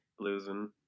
Losing